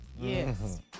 Yes